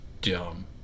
dumb